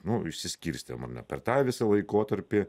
nu išsiskirstėm ar ne per tą visą laikotarpį